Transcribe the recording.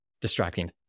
distracting